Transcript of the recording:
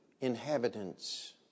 inhabitants